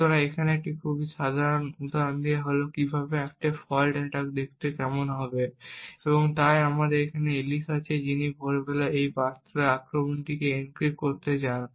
সুতরাং এখানে একটি খুব সাধারণ উদাহরণ দেওয়া হল কিভাবে একটি ফল্ট অ্যাটাক দেখতে কেমন হবে তাই আমাদের এলিস আছে যিনি ভোরবেলা এই বার্তা আক্রমণটিকে এনক্রিপ্ট করতে চান